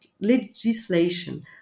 legislation